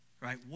right